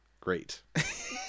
Great